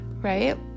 Right